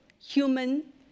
human